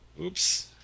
Oops